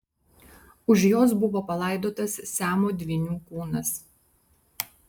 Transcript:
už jos buvo palaidotas siamo dvynių kūnas